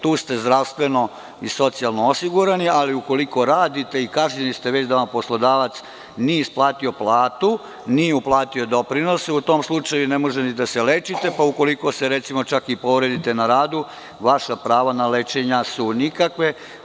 Tu ste zdravstveno i socijalno osigurani, ali ukoliko radite i kažnjeni ste već da vam poslodavac nije isplatio platu, nije uplatio doprinos, u tom slučaju ne možete ni da se lečite, pa ukoliko se i povredite na radu, vaša prava na lečenja su nikakva,